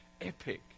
Epic